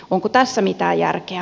onko tässä mitään järkeä